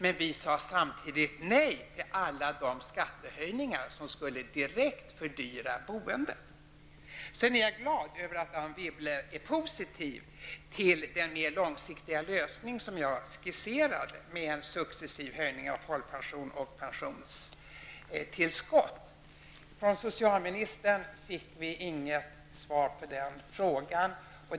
Men vi sade samtidigt nej till alla de skattehöjningar som direkt skulle fördyra boendet. Jag är glad över att Anne Wibble är positiv till den mer långsiktiga lösning som jag skisserade med en successiv höjning av folkpension och pensionstillskott. Från socialministern fick jag inget svar på den frågan.